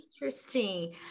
Interesting